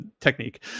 technique